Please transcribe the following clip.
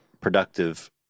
productive